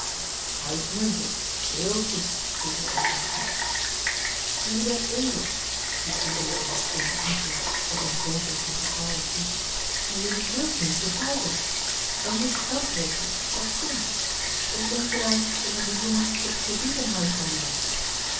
uitmuntend heel goed riepen de overigen jelui bent ezels riep van zevenaer hun in antwoord op hun votum van vertrouwen toe en jelui wilt mij niet begrijpen er moet geld wezen terstond of denk jelui dat men den jongen op krediet in huis zal nemen